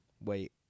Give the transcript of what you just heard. Wait